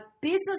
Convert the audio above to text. business